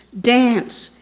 dance,